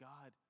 God